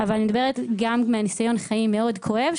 אבל אני מדברת מניסיון חיים מאוד כואב,